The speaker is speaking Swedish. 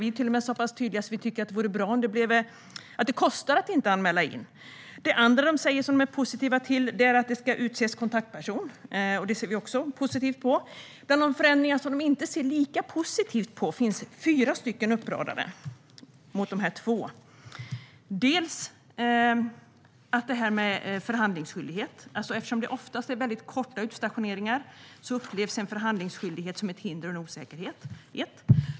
Vi är dessutom tydliga med att vi tycker att det vore bra om det kostade att inte anmäla. Det andra Sveriges Byggindustrier är positiva till är att det ska utses en kontaktperson. Det är vi också positiva till. Sveriges Byggindustrier radar upp fyra förändringar som de inte ser lika positivt på, vilka ska ställas mot de andra två. Det gäller till att börja med förhandlingsskyldighet. Eftersom det oftast är korta utstationeringar upplevs förhandlingsskyldighet som ett hinder och en osäkerhet.